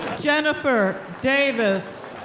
jennifer davis